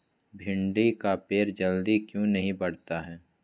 भिंडी का पेड़ जल्दी क्यों नहीं बढ़ता हैं?